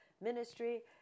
ministry